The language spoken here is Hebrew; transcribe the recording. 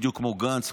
בדיוק כמו גנץ,